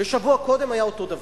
ושבוע קודם היה אותו דבר.